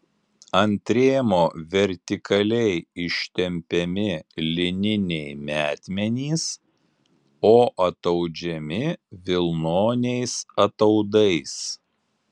ant rėmo vertikaliai ištempiami lininiai metmenys o ataudžiami vilnoniais ataudais